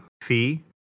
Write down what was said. Fee